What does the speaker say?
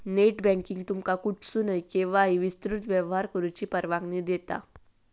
net banking तुमका कुठसूनही, केव्हाही विस्तृत व्यवहार करुची परवानगी देता